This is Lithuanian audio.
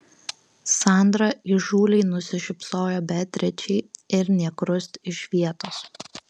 sandra įžūliai nusišypsojo beatričei ir nė krust iš vietos